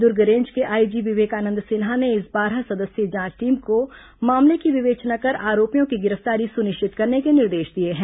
दुर्ग range के IG Vivekanand Sinha ने इस बारह सदस्यीय जांच टीम को मामले की विवेचना कर आरोपियों की गिरफ्तारी सुनिश्चित करने के निर्देश दिए हैं